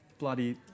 bloody